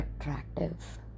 attractive